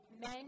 men